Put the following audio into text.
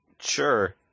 sure